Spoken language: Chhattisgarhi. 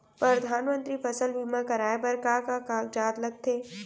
परधानमंतरी फसल बीमा कराये बर का का कागजात लगथे?